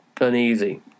uneasy